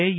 IA